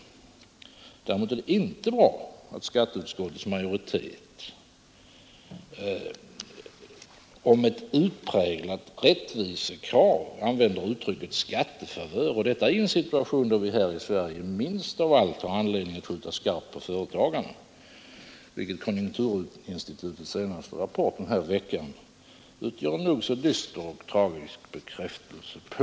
Däremot är det inte bra att skatteutskottets majoritet om ett utpräglat rättvisekrav använder uttrycket ”skattefavörer”, och detta i en situation då vi här i Sverige minst av allt har anledning att skjuta skarpt på företagarna, vilket konjunkturinstitutets senaste rapport i den här veckan utgör en nog så dyster och tragisk bekräftelse på.